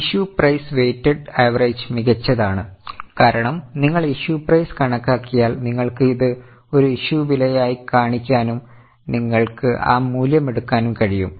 issue price weighted average മികച്ചതാണ് കാരണം നിങ്ങൾ ഇഷ്യു പ്രൈസ് കണക്കാക്കിയാൽനിങ്ങൾക്ക് ഇത് ഒരു ഇഷ്യു വിലയായി കാണിക്കാനും നിങ്ങൾക്ക് ആ മൂല്യം എടുക്കാനും കഴിയും